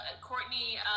Courtney